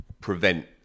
prevent